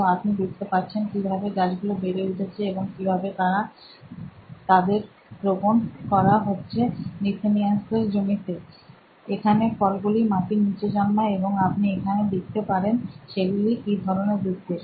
তো আপনি দেখতে পাচ্ছেন কিভাবে গাছগুলো বেড়ে উঠছে বা কিভাবে তাদের রোপন করা হচ্ছে মিথেনিয়ান্সদের জমিতে এখানে ফলগুলি মাটির নীচে জন্মায় এবং আপনি এখানে দেখতে পারেন সেগুলি কি ধরণের দেখতে